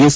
S